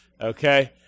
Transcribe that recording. Okay